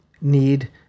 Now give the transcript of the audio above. need